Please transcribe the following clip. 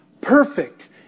perfect